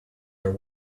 are